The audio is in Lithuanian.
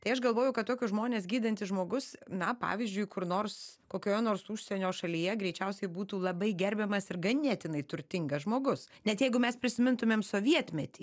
tai aš galvoju kad tokius žmones gydantis žmogus na pavyzdžiui kur nors kokioje nors užsienio šalyje greičiausiai būtų labai gerbiamas ir ganėtinai turtingas žmogus net jeigu mes prisimintumėm sovietmetį